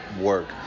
work